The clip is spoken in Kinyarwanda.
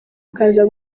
akaza